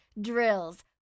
drills